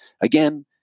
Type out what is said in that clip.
again